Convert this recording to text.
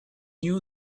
knew